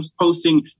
posting